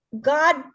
God